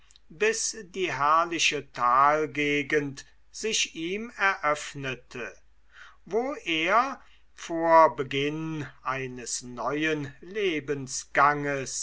bis die herrliche talgegend sich ihm eröffnete wo er vor beginn eines neuen